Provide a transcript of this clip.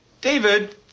David